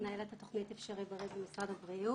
מנהלת התוכנית "אפשריבריא" במשרד הבריאות.